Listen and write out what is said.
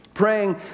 praying